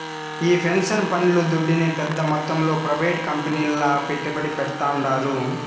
ఈ పెన్సన్ పండ్లు దుడ్డునే పెద్ద మొత్తంలో ప్రైవేట్ కంపెనీల్ల పెట్టుబడి పెడ్తాండారు